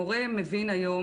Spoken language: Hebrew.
מורה מבין היום